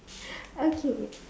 okay